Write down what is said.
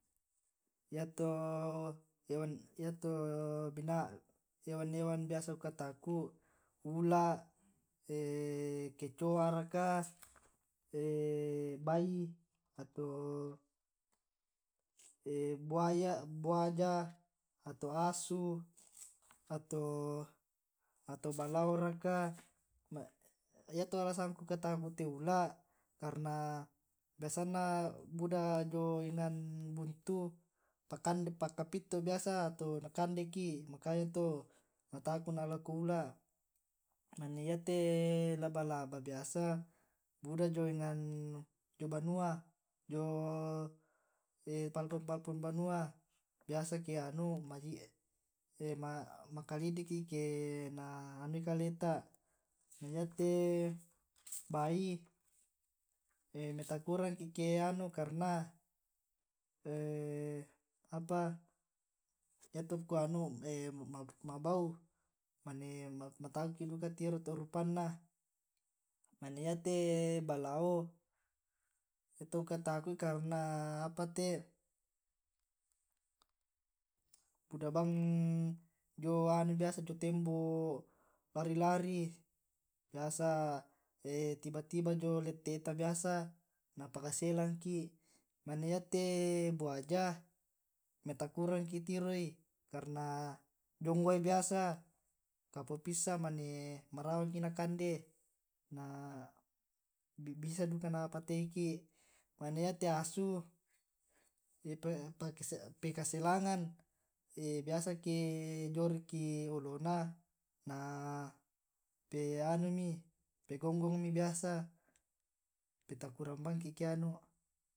yato hewan hewan biasa ku kataku' ula' kecoa' raka, bai atau buaja ato asu, ato balao raka I yato alasanku kataku te ula' karna biasana buda jio enan buntu pakade paka pitto' biasa atau na kandeki. Makanya to mataku na lako ula' mane yate laba laba biasa. buda jio enan banua. Jio palfon palfon banua biasa ke anu makalijikki eke na anui kaleta, iyate bai matakurangki ke anu karena apa yato ku anu ma'bau, mane mataku'ki tiro uka to' rupanna. mane yate balao yato ku kataku'i karena apa te to buda bang jio anu biasa jio tembo' lari-lari biasa tiba tiba jio leteta biasa na paka selangki. mane iya te' buaja me takurangki tiroi karna jiong wai biasa. kapoa pissa' mane marawa ki' na kande na bisa duka napateiki.mane yate asu pekaselangan biasa ke jio riki olona na pe anumi pe gonggong mi biasa petakurang bangki ke anu